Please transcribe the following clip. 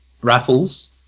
raffles